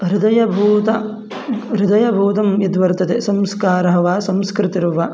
हृदयभूत हृदयभूतं यद्वर्तते संस्कारः वा संस्कृतिर्वा